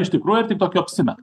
iš tikrųjų ar tik tokiu apsimeta